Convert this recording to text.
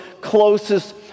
closest